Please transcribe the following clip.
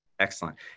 Excellent